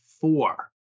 four